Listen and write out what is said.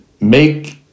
make